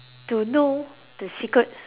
to know the secret